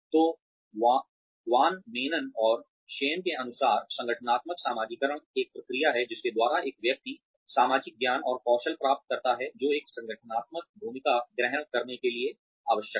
तो Van Maanen और Schein के अनुसार संगठनात्मक समाजीकरण एक प्रक्रिया है जिसके द्वारा एक व्यक्ति सामाजिक ज्ञान और कौशल प्राप्त करता है जो एक संगठनात्मक भूमिका ग्रहण करने के लिए आवश्यक है